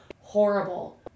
horrible